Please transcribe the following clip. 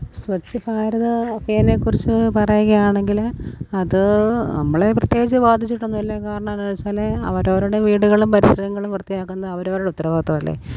സ്വച്ഛ് ഭാരത അഭിയാനെ കുറിച്ച് പറയുകയാണെങ്കിൽ അത് നമ്മളെ പ്രതേകിച്ച് ബാധിച്ചിട്ടൊന്നുമില്ല കാരണമെന്നു വച്ചാൽ അവരവരുടെ വീടുകളും പരിസരങ്ങളും വൃത്തിയാക്കുന്നത് അവരവരുടെ ഉത്തരവാദിത്ത്വമല്ലേ